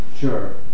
sure